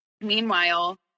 meanwhile